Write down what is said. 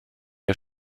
der